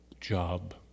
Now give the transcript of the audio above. job